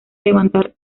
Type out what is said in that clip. levantar